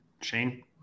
Shane